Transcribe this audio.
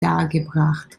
dargebracht